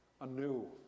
anew